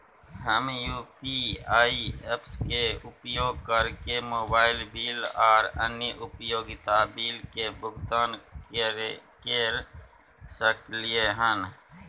हम UPI apps के उपयोग कैरके मोबाइल बिल आर अन्य उपयोगिता बिल के भुगतान कैर सकलिये हन